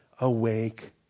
awake